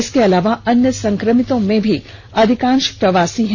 इसके अलावे अन्य संक्रमितो में भी अधिकांश प्रवासी हैं